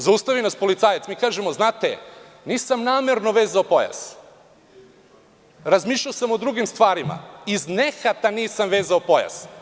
Zaustavi nas policajac mi kažemo – znate, nisam namerno vezao pojas, razmišljao sam o drugim stvarima iz nehata nisam vezao pojas.